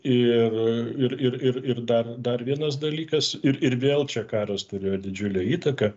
ir ir ir ir ir dar dar vienas dalykas ir ir vėl čia karas turėjo didžiulę įtaką